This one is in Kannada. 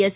ಎಸ್